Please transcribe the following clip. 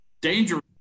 dangerous